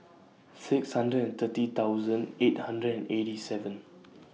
six hundred and thirty thousand eight hundred and eighty seven